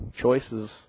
choices